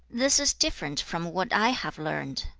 this is different from what i have learned.